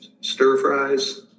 stir-fries